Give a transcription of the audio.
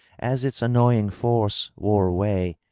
as its annoying force wore away,